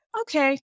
okay